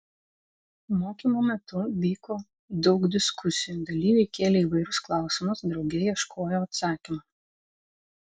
mokymų metu vyko daug diskusijų dalyviai kėlė įvairius klausimus drauge ieškojo atsakymų